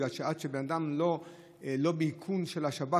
בגלל שעד שבן אדם שלא באיכון של השב"כ,